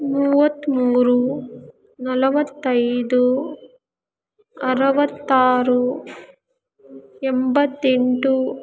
ಮೂವತ್ತ್ಮೂರು ನಲವತ್ತೈದು ಅರವತ್ತಾರು ಎಂಬತ್ತೆಂಟು